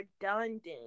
redundant